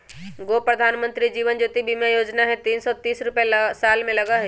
गो प्रधानमंत्री जीवन ज्योति बीमा योजना है तीन सौ तीस रुपए साल में लगहई?